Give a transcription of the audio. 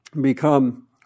become